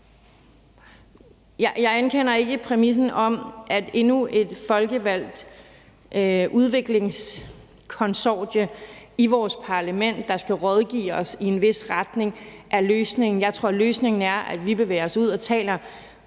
Jeg anerkender ikke præmissen om, at endnu et folkevalgt udviklingskonsortie i vores parlament, der skal rådgive os i en vis retning, er løsningen. Jeg tror, at løsningen er, at vi bevæger os ud og taler